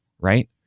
right